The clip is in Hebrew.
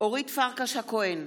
אורית פרקש-הכהן,